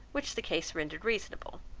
which the case rendered reasonable,